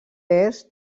est